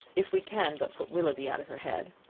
if we can but put willoughby out of her head!